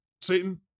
Satan